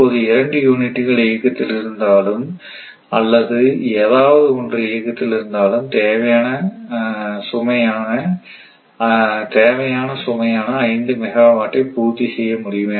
இப்போது 2 யூனிட்டுகள் இயக்கத்தில் இருந்தாலும் அல்லது ஏதாவது ஒன்று இயக்கத்தில் இருந்தாலும் தேவையான சுமையான 5 மெகாவாட்டை பூர்த்தி செய்ய முடியும்